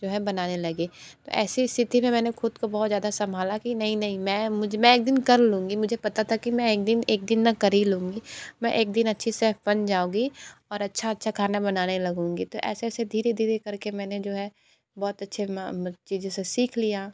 जो है बनाने लगी तो ऐसी स्थिति में मैंने ख़द को बहुत ज़्यादा संभाला कि नहीं नहीं मैं मुझ मैं एक दिन कर लूँगी मुझे पता था कि मैं एक दिन एक दिन तो कर ही लूँगी मैं एक दिन अच्छी सेफ बन जाऊंगी और अच्छा अच्छा खाना बनाने लगूँगी तो ऐसे ऐसे धीरे धीरे कर के मैंने जो है बहुत अच्छे चीज़ों से सीख लिया